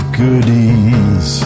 goodies